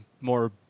more